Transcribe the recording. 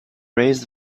raised